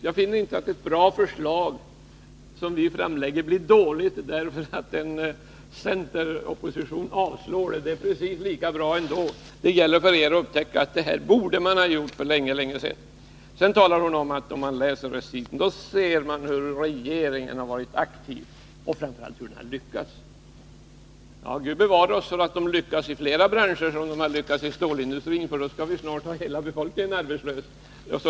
Jag finner inte att ett bra förslag som vi framlägger blir dåligt därför att en centeropposition avslår dem. De är precis lika bra ändå. Det gäller för er att upptäcka att detta borde ha gjorts för länge sedan. Hon säger att om man läser reciten så ser man hur regeringen har varit aktiv och framför allt hur den har lyckats. Ja, Gud bevare oss för att den lyckas i flera branscher så som i stålindustrin — då har vi snart hela befolkningen arbetslös.